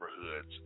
neighborhoods